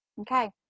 Okay